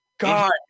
God